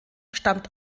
stammt